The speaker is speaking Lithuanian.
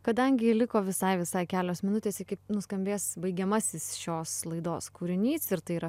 kadangi liko visai visai kelios minutės iki nuskambės baigiamasis šios laidos kūrinys ir tai yra